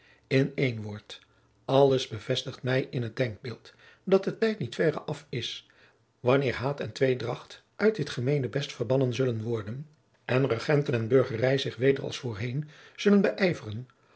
in één woord alles bevestigd mij in t denkbeeld dat de tijd niet verre af is wanneer haat en tweedracht uit dit gemeenebest verbannen zullen worden en regenten en burgerij zich weder als voorheen zullen